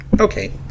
Okay